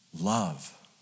Love